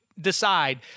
decide